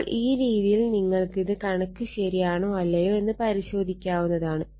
അപ്പോൾ ഈ രീതിയിൽ നിങ്ങൾക്കിത് കണക്ക് ശരിയാണോ അല്ലയോ എന്ന് പരിശോദിക്കാവുന്നതാണ്